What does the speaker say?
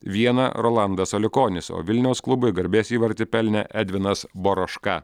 vieną rolandas aliukonis o vilniaus klubai garbės įvartį pelnė edvinas boroška